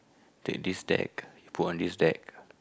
take this stack put on this deck